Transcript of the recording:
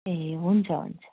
ए हुन्छ हुन्छ